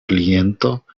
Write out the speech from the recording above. kliento